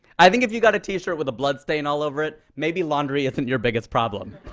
i think if you got a t-shirt with a bloodstain all over it, maybe laundry isn't your biggest problem.